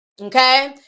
Okay